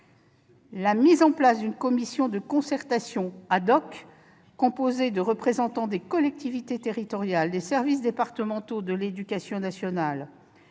la mise en place d'une commission de concertation composée de représentants des collectivités territoriales, des services départementaux de l'éducation nationale,